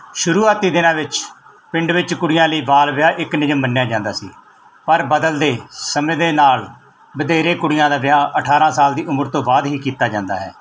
ਸ਼ੁਰੂਆਤੀ ਦਿਨਾਂ ਵਿੱਚ ਪਿੰਡ ਵਿੱਚ ਕੁੜੀਆਂ ਲਈ ਬਾਲ ਵਿਆਹ ਇੱਕ ਨਿਯਮ ਮੰਨਿਆ ਜਾਂਦਾ ਸੀ ਪਰ ਬਦਲਦੇ ਸਮੇਂ ਦੇ ਨਾਲ ਵਧੇਰੇ ਕੁੜੀਆਂ ਦਾ ਵਿਆਹ ਅਠਾਰ੍ਹਾਂ ਸਾਲ ਦੀ ਉਮਰ ਤੋਂ ਬਾਅਦ ਹੀ ਕੀਤਾ ਜਾਂਦਾ ਹੈ